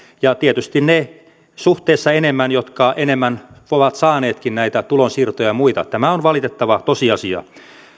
ja tietysti ne suhteessa enemmän jotka enemmän ovat saaneetkin näitä tulonsiirtoja ja muita tämä on valitettava tosiasia